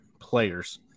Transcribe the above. players